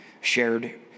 shared